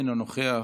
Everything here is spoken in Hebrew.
אינו נוכח,